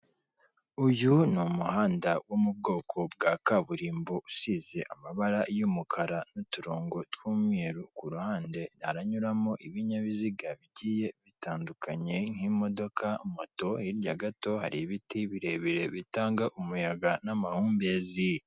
Uyu ni umuhanda wo mu bwoko bwa kaburimbo usize amabara y'umukara n'uturongo tw'umweru, ku ruhande haranyuramo ibinyabiziga bigiye bitandukanye nk'imodoka moto, hirya gato hari ibiti birebire bitanga umuyaga n'amahumbezi.